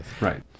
Right